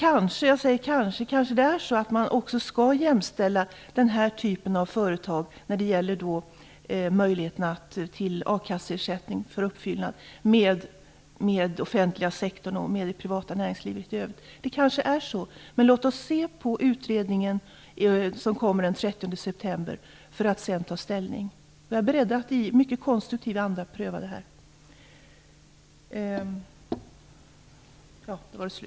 Kanske - jag säger kanske - skall man också i fråga om möjligheterna till a-kasseersättning jämställa den här typen av företag med den offentliga sektorn och det privata näringslivet i övrigt. Det kanske är så, men låt oss se på resultatet av utredningen den 30 september för att sedan ta ställning. Jag är beredd att i mycket konstruktiv anda pröva dessa frågor.